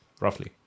roughly